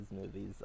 movies